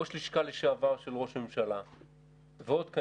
ראש לשכה לשעבר של ראש ממשלה,